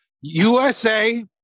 USA